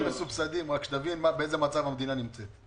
יותר מהם מסובסדים רק שתבין באיזו מצב המדינה נמצאת.